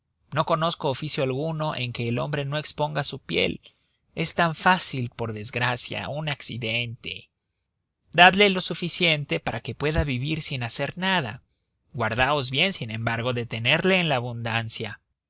no conozco oficio alguno en que el hombre no exponga su piel es tan fácil por desgracia un accidente dadle lo suficiente para que pueda vivir sin hacer nada guardaos bien sin embargo de tenerle en la abundancia